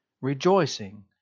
rejoicing